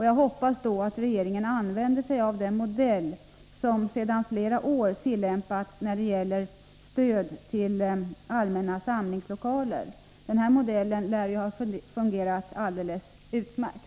Jag hoppas att regeringen då använder den modell som sedan flera år tillbaka tillämpats för stöd till allmänna samlingslokaler. Den modellen lär ha fungerat alldeles utmärkt.